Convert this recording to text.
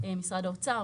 משרד האוצר,